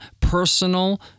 personal